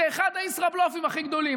זה אחד הישראבלופים הכי גדולים.